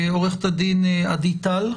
עורכת הדין עדי טל,